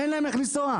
אין להם איך לנסוע.